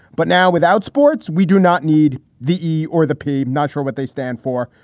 but now, without sports, we do not need the e or the p. not sure what they stand for,